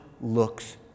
looks